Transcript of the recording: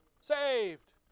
saved